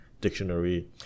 dictionary